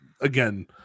again